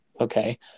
Okay